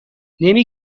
نمی